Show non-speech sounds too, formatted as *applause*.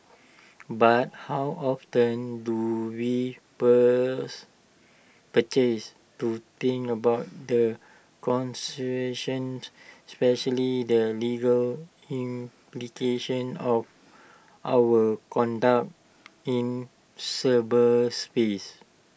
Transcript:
but how often do we pause *unintelligible* to think about the *unintelligible* especially their legal implications of our conduct in cyberspace